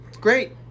Great